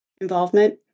involvement